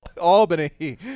Albany